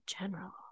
general